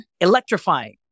Electrifying